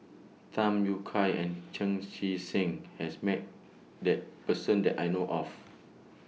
Tham Yui Kai and Chan Chee Seng has Met that Person that I know of